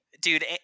Dude